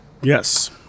yes